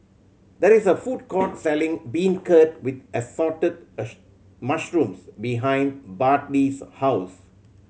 there is a food court selling beancurd with assorted mushrooms behind Bartley's house